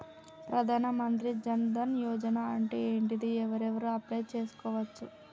ప్రధాన మంత్రి జన్ ధన్ యోజన అంటే ఏంటిది? ఎవరెవరు అప్లయ్ చేస్కోవచ్చు?